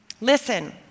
Listen